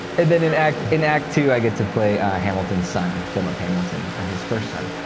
and then in act in act two, i get to play hamilton's son, philip hamilton, ah his first son.